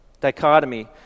dichotomy